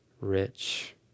rich